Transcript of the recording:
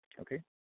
okay